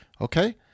Okay